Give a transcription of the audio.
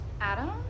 Adam